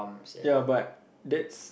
ya but that's